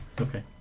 Okay